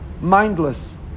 mindless